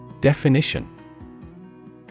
Definition